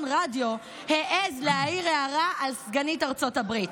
ברדיו העז להעיר הערה על סגנית ארצות הברית,